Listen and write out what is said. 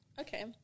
okay